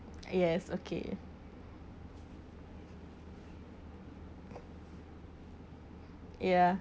yes okay ya